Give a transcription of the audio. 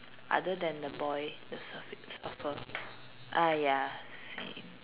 other then the boy the surf~ surfer ah ya same